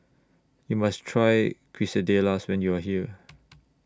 YOU must Try Quesadillas when YOU Are here